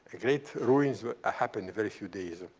great ruins ah happened very few days.